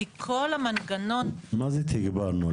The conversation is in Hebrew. כי כל המנגנון --- מה זה תגברנו?